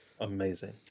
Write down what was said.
Amazing